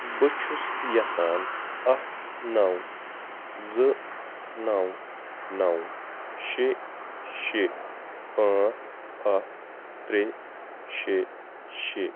بہٕ چھُس یژھان اکھ نَو زٕ نَو نَو شےٚ شےٚ پانٛژھ اَکھ ترٛےٚ شےٚ شےٚ